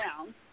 down